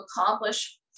accomplish